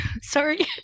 sorry